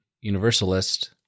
universalist